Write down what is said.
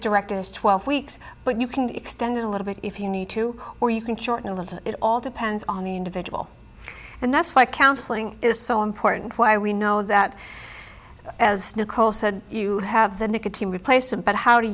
director's twelve weeks but you can extend it a little bit if you need to or you can shorten the time it all depends on the individual and that's why counseling is so important why we know that as nicole said you have the nicotine replacement but how to